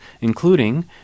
including